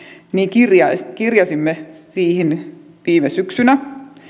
kirjasimme kirjasimme siihen viime syksynä